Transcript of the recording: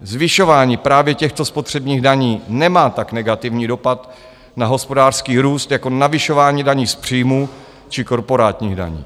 Zvyšování právě těchto spotřebních daní nemá tak negativní dopad na hospodářský růst jako navyšování daní z příjmů či korporátních daní.